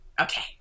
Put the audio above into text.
Okay